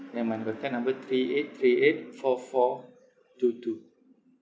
then my number ten number three eight three eight four four two two